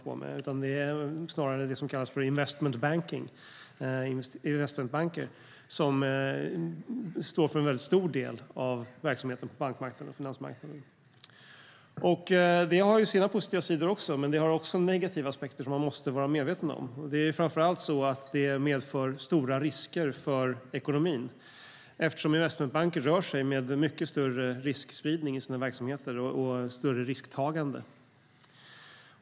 Det är snarare det som kallas för investment banking, investmentbanker, som står för en väldigt stor del av verksamheten på bankmarknaden och finansmarknaden. Det har sina positiva sidor, men det har också negativa aspekter som man måste vara medveten om. Det är framför allt så att det medför stora risker för ekonomin, eftersom investmentbanker rör sig med mycket större riskspridning i sina verksamheter och större risktagande.